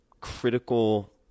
critical